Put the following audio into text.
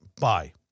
buy